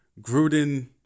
Gruden